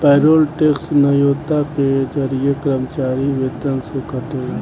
payroll tax न्योता के जरिए कर्मचारी वेतन से कटेला